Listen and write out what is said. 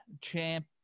Champ